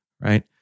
right